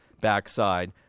backside